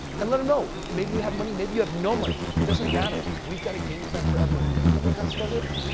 and let them know. maybe you have money, maybe you have no money. it doesn't matter. we've got a game plan for everyone because when i got started,